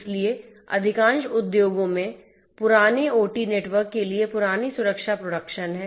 इसलिए अधिकांश उद्योगों में पुराने ओटी नेटवर्क के लिए पुरानी सुरक्षा प्रेडिक्शन है